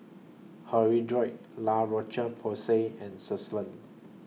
Hirudoid La Roche Porsay and Selsun